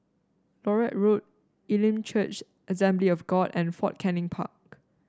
Larut Road Elim Church Assembly of God and Fort Canning Park